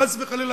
חס וחלילה,